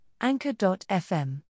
Anchor.fm